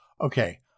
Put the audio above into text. Okay